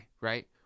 Right